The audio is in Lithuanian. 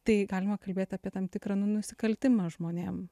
tai galima kalbėt apie tam tikrą nu nusikaltimą žmonėm